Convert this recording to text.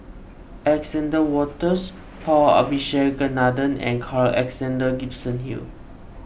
Alexander Wolters Paul Abisheganaden and Carl Alexander Gibson Hill